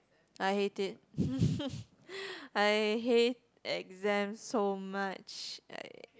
I hate it I hate exam so much like